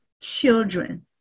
children